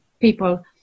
people